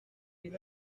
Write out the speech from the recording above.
les